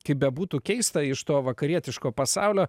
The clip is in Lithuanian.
kaip bebūtų keista iš to vakarietiško pasaulio